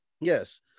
Yes